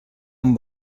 amb